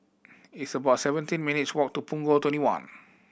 it's about seventeen minutes' walk to Punggol Twenty one